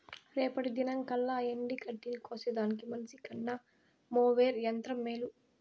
రేపటి దినంకల్లా ఎండగడ్డిని కోసేదానికి మనిసికన్న మోవెర్ యంత్రం మేలు